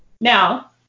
now